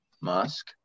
Musk